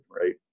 right